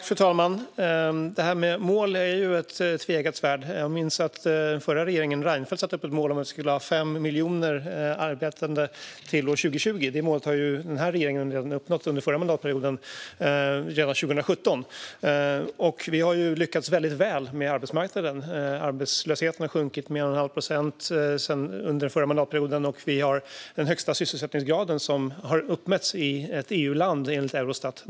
Fru talman! Detta med mål är ett tveeggat svärd. Jag minns att den förra regeringen Reinfeldt satte upp ett mål om att vi skulle ha 5 miljoner arbetande till år 2020. Det målet har den här regeringen uppnått under förra mandatperioden, redan 2017. Vi har lyckats väldigt väl med arbetsmarknaden. Arbetslösheten har sjunkit med 1 1⁄2 procent sedan förra mandatperioden, och vi har den högsta sysselsättningsgrad som någonsin uppmätts i ett EU-land, enligt Eurostat.